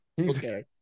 Okay